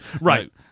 Right